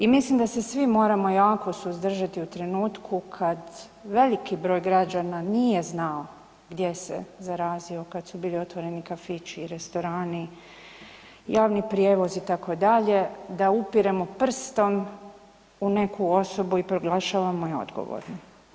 I mislim da se svi moramo jako suzdržati u trenutku kad veliki broj građana nije znao gdje se zarazio kad su bili otvoreni kafići i restorani, javni prijevoz itd., da upiremo prstom u neku osobu i proglašavamo ju odgovornom.